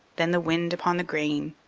then the wind upon the grain,